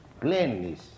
plainly